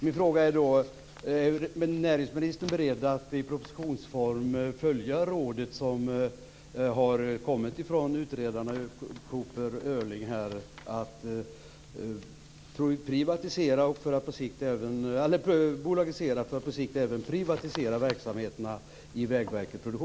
Min fråga är då: Är näringsministern beredd att i propositionsform följa rådet som har kommit från utredarna Öhrling Coopers att bolagisera för att på sikt även privatisera verksamheterna i Vägverket